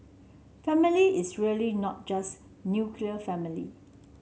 family is really not just nuclear family